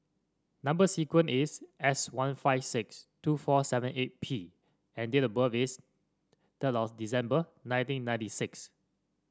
number sequence is S one five six two four seven eight P and date of birth is third December nineteen ninety six